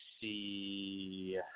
see